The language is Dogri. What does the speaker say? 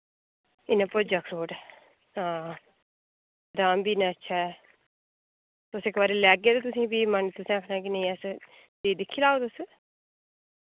इन्ना भुर्जा अखरोट हां दाम बी इन्ना अच्छा ऐ तुस इक बारी लैगे ओ ते तुसें फ्ही मन तुसें आखना कि नेईं अस ते दिक्खी लाओ तुस